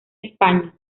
españa